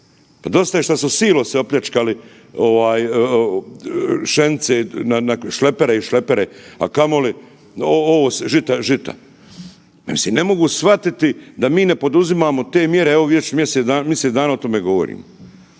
Pa dosta šta su silose opljačkali ovaj pšenice na šlepere i šlepere, a kamoli ovo žita, žita. Mislim ne mogu shvatiti da mi ne poduzimamo te mjere, evo već misec dana o tome govorimo.